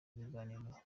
ibiganiro